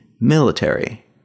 military